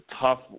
tough